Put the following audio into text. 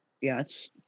Yes